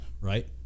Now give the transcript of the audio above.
Right